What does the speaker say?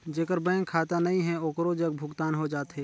जेकर बैंक खाता नहीं है ओकरो जग भुगतान हो जाथे?